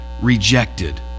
rejected